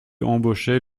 embaucher